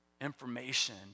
information